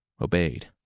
obeyed